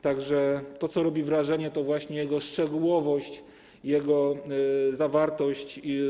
Tak że to, co robi wrażenie, to właśnie jego szczegółowość, jego zawartość.